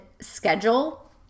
schedule